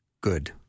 good